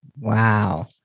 Wow